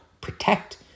protect